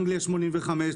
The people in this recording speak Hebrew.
אנגליה 85,